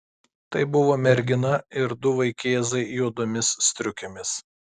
tai buvo mergina ir du vaikėzai juodomis striukėmis